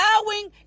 allowing